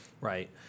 Right